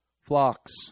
flocks